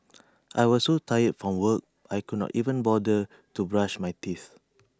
I was so tired from work I could not even bother to brush my teeth